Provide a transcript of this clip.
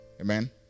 Amen